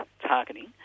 targeting